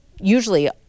usually